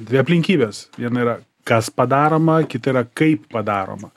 dvi aplinkybės viena yra kas padaroma kita yra kaip padaroma